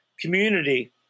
community